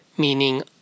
meaning